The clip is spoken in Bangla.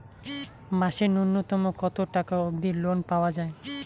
মাসে নূন্যতম কতো টাকা অব্দি লোন পাওয়া যায়?